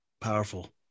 powerful